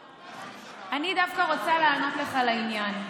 אני דווקא רוצה לענות לך לעניין.